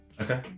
okay